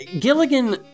Gilligan